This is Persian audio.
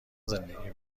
زندگی